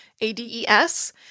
A-D-E-S